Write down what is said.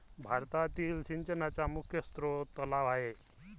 भारतातील सिंचनाचा मुख्य स्रोत तलाव आहे